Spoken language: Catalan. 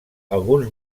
alguns